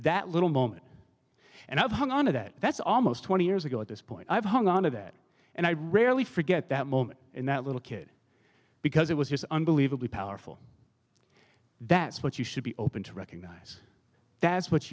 that little moment and i've hung on to that that's almost twenty years ago at this point i've hung on a bit and i rarely forget that moment in that little kid because it was just unbelievably powerful that's what you should be open to recognize that's what